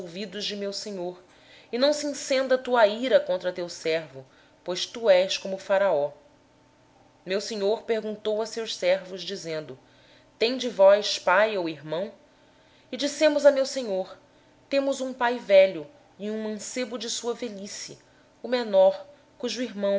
de meu senhor e não se acenda a tua ira contra o teu servo porque tu és como faraó meu senhor perguntou a seus servos dizendo tendes vós pai ou irmão e respondemos a meu senhor temos pai já velho e há um filho da sua velhice um menino pequeno o irmão